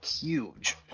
huge